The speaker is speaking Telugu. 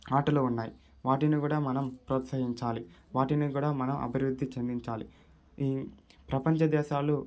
ఆటలు ఉన్నాయి వాటిని కూడా మనం ప్రోత్సహించాలి వాటిని కూడా మనం అభివృద్ధి చెందించాలి ఈ ప్రపంచ దేశాలు